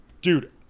dude